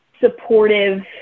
supportive